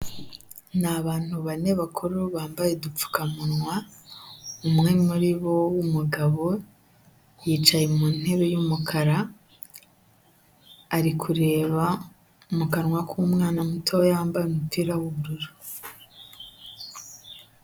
Ni abantu bane bakuru bambaye udupfukamunwa, umwe muribo w'umugabo yicaye mu ntebe y'umukara ari kureba mu kanwa k'umwana mutoya wambaye umupira w'ubururu.